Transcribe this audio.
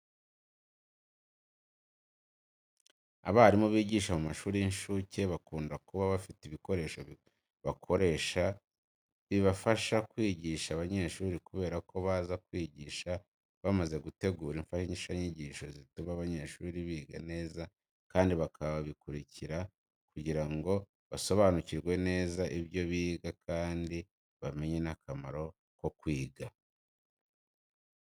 Abarimu bigisha mu mashuri y'incuke bakunda kuba bafite ibikoresho bakoresha bibafasha kwigisha abanyeshuri kubera ko baza kwigisha bamaze gutegura imfashanyigisho zituma abanyeshuri biga neza kandi bakabakurikira kugira ngo basobanukirwe neza ibyo biga kandi bamenye n'akamaro ko kwiga.